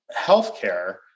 healthcare